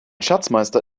schatzmeister